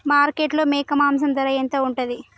మార్కెట్లో మేక మాంసం ధర ఎంత ఉంటది?